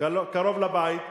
קרוב לבית,